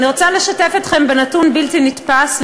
אני רוצה לשתף אתכם בנתון בלתי נתפס,